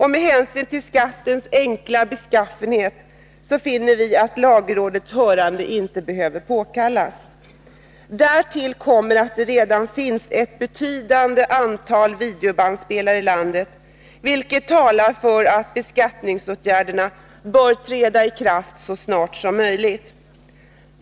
Med hänsyn till skattens enkla beskaffenhet finner vi att lagrådets hörande inte behöver påkallas. Därtill kommer att det redan finns ett betydande antal videobandspelare i landet, vilket talar för att beskattningsåtgärderna så snart som möjligt bör träda i kraft.